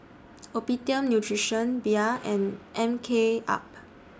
Optimum Nutrition Bia and M K up